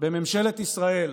בממשלת ישראל,